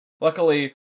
luckily